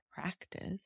practice